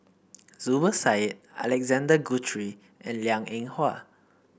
Zubir Said Alexander Guthrie and Liang Eng Hwa